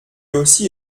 aussi